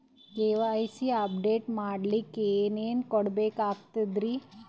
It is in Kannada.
ಕೆ.ವೈ.ಸಿ ಅಪಡೇಟ ಮಾಡಸ್ಲಕ ಏನೇನ ಕೊಡಬೇಕಾಗ್ತದ್ರಿ?